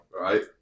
Right